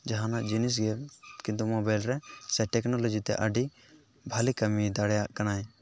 ᱡᱟᱦᱟᱱᱟᱜ ᱡᱤᱱᱤᱥᱜᱮ ᱠᱤᱱᱛᱩ ᱢᱳᱵᱟᱭᱤᱞ ᱨᱮ ᱥᱮ ᱴᱮᱠᱱᱳᱞᱚᱡᱤ ᱛᱮ ᱟᱹᱰᱤ ᱵᱷᱟᱹᱞᱤ ᱠᱟᱹᱢᱤ ᱫᱟᱲᱮᱭᱟᱜ ᱠᱟᱱᱟᱭ